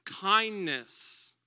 kindness